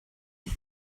did